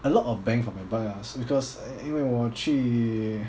a lot of bang for my buck ah because 因为我去